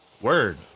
Word